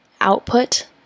output